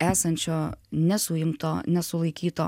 esančio nesuimto nesulaikyto